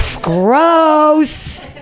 gross